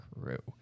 Crew